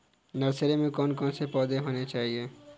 Nursery में कौन कौन से पौधे होने चाहिए?